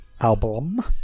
Album